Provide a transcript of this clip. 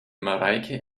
mareike